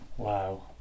Wow